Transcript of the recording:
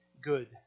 good